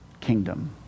kingdom